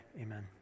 Amen